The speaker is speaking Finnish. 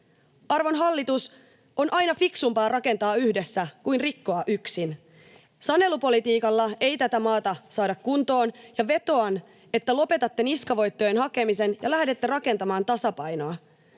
Arvon hallitus, on aina fiksumpaa rakentaa yhdessä kuin rikkoa yksin. Sanelupolitiikalla ei tätä maata saada kuntoon, ja vetoan, että lopetatte niskavoittojen hakemisen ja lähdette rakentamaan tasapainoa.